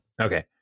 Okay